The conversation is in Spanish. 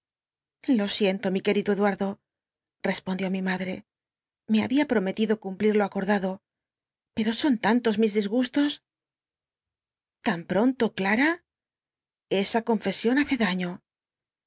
lo siento mi querido edunrclo respondió mi madre me hahia promelido cumplir lo acordado pero son tantos mis disgustos tan pronto clara esa confcsion hace dai'io